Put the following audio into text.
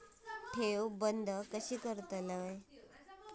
ठेव बंद कशी करतलव?